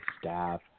staff